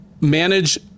manage